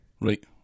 Right